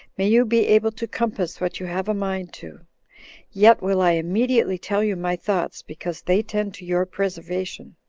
may you be able to compass what you have a mind to yet will i immediately tell you my thoughts, because they tend to your preservation.